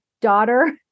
daughter